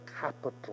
capital